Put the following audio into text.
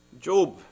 Job